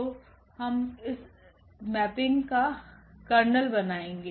तो यह इस मैपिंग का कर्नेल बनाएगे